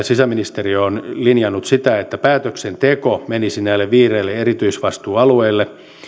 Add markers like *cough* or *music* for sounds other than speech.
*unintelligible* sisäministeriö linjannut että päätöksenteko menisi näille viidelle erityisvastuualueelle